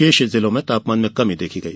शेष जिलों में तापमान में कमी देखी गई